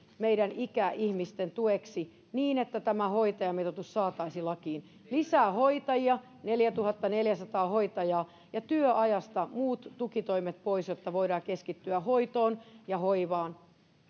meidän ikäihmistemme tueksi niin että tämä hoitajamitoitus saataisiin lakiin lisää hoitajia neljätuhattaneljäsataa hoitajaa ja työajasta muut tukitoimet pois jotta voidaan keskittyä hoitoon ja hoivaan